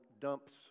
dumps